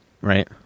Right